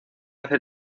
hace